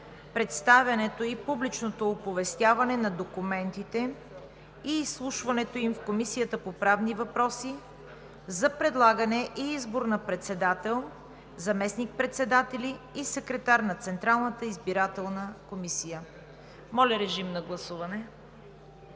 представянето и публичното оповестяване на документите и изслушването им в Комисията по правни въпроси, за предлагане и избор на председател, заместник–председатели и секретар на Централната избирателна комисия. Гласували